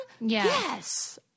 Yes